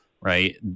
right